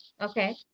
Okay